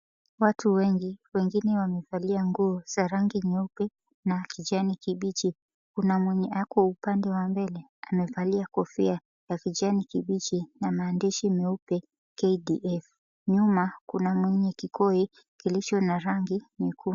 Watu wengi, wengine wamevalia nguo za rangi nyeupe na kijani kibichi. Kuna mwenye ako upande wa mbele amevalia kofia ya kijani kibichi na maandishi meupe KDF. Nyuma kuna mwenye kikoi kilicho na rangi nyekundu.